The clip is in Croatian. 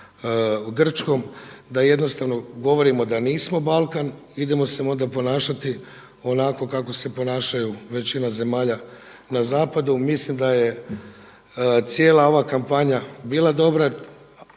Grčkom da jednostavno govorimo da nismo Balkan, idemo se onda ponašati onako kako se ponašaju većina zemalja na zapadu. Mislim da je cijela ova kampanja bila dobra.